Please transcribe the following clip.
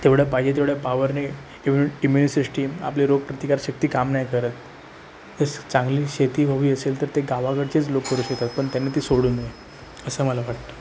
तेवढया पाहिजे तेवढ्या पॉवरने इम्युन इम्युन सिस्टीम आपली रोग प्रतिकारशक्ती काम नाही करत जर चांगली शेती हवी असेल तर ते गावाकडचेच लोक करू शकतात पन त्यांनी ते सोडू नये असं मला वाटतं